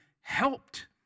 helped